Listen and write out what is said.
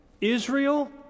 Israel